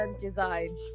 design